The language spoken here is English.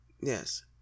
Yes